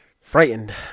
frightened